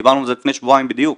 דיברנו על זה לפני שבועיים בדיוק,